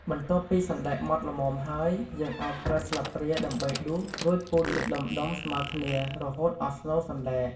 បន្ទាប់ពីសណ្ដែកម៉ដ្ឋល្មមហើយ យើងអាចប្រើស្លាបព្រាដើម្បីដួស រួចពូតជាដុំៗស្មើគ្នា រហូតអស់ស្នូលសណ្ដែក។